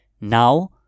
Now